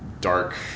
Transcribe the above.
dark